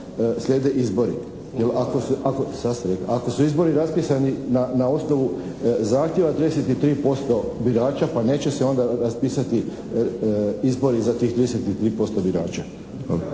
slijede izbori. Jer ako, ako su izbori raspisani na osnovu zahtjeva 33% birača pa neće se onda raspisati izbori za tih 33% birača.